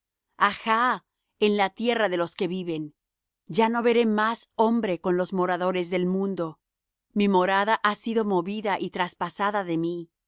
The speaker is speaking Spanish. jah en la tierra de los que viven ya no veré más hombre con los moradores del mundo mi morada ha sido movida y traspasada de mí